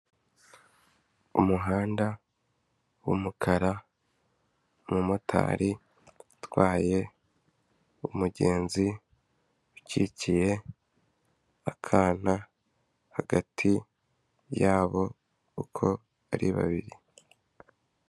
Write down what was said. Umuhanda w'umukara, umumotari utwaye umugenzi ukikiye akana hagati yabo uko ari babiri.